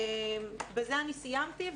בזה אני סיימתי,